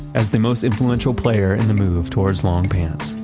as the most influential player in the move towards long pants.